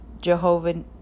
Jehovah